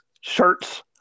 shirts